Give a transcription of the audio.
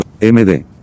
MD